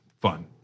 fun